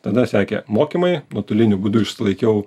tada sekė mokymai nuotoliniu būdu išsilaikiau